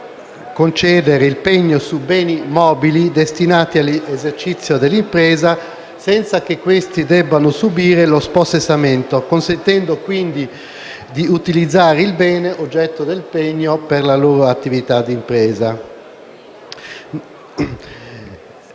concedere il pegno su beni mobili destinati all'esercizio dell'impresa senza che questi debbano subire lo spossessamento, consentendo quindi di utilizzare il bene, oggetto del pegno, per la loro attività d'impresa.